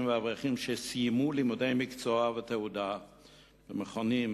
ואברכים שסיימו לימודי מקצוע ותעודה במכונים,